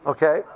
Okay